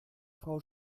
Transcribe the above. frau